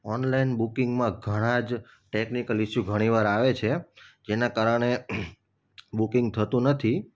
online બુકિંગમાં ઘણા જ ટેકનિકલ ઈશુ ઘણી વાર આવે છે જેના કારણે બુકિંગ થતું નથી